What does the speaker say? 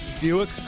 Buick